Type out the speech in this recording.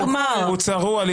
השרה לשעבר.